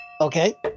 Okay